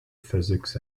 physics